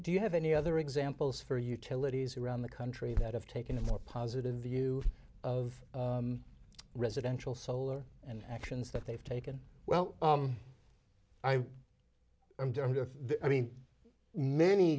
do you have any other examples for utilities around the country that have taken a more positive view of residential solar and actions that they've taken well i'm damned if i mean many